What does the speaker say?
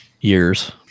years